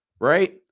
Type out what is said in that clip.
right